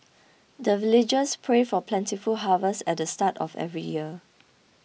the villagers pray for plentiful harvest at the start of every year